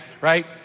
Right